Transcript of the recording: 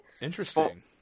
Interesting